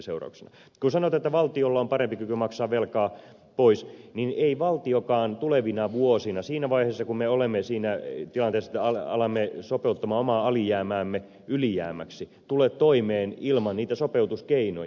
kun sanotaan että valtiolla on parempi kyky maksaa velkaa pois niin ei valtiokaan tulevina vuosina siinä vaiheessa kun me olemme siinä tilanteessa että alamme sopeuttaa omaa alijäämäämme ylijäämäksi tule toimeen ilman niitä sopeutuskeinoja